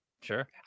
sure